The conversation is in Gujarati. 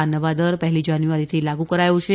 આ નવા દર પહેલી જાન્યુઆરીથી લાગુ કરાયો છે